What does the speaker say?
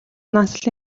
нансал